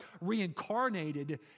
reincarnated